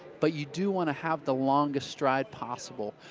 but you do want to have the longest stride possible.